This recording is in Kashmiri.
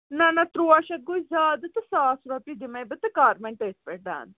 نَہ نَہ تُرٛواہ شَتھ گوٚو زیادٕ تہٕ ساس رۄپیہِ دِمَے بہٕ تہٕ کَر وۄنۍ تٔتھۍ پٮ۪ٹھ ڈَن